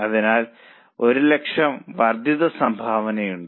അതിനാൽ 100000 വർദ്ധിത സംഭാവനയുണ്ട്